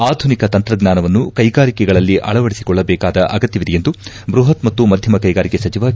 ಆಧುನಿಕ ತಂತ್ರಜ್ಞಾನವನ್ನು ಕೈಗಾರಿಕೆಗಳಲ್ಲಿ ಅಳವಡಿಸಿಕೊಳ್ಳಬೇಕಾದ ಅಗತ್ತವಿದೆ ಎಂದು ಬೃಹತ್ ಮತ್ತು ಮಧ್ಯಮ ಕೈಗಾರಿಕೆ ಸಚಿವ ಕೆ